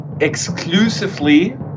exclusively